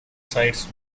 sides